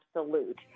absolute